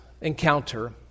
encounter